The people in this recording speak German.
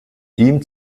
ihm